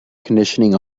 conditioning